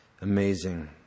Amazing